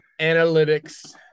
analytics